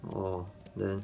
orh then